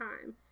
time